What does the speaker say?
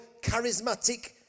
charismatic